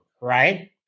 right